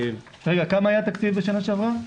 כמה היה התקציב בשנה שעברה?